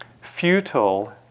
Futile